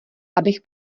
abych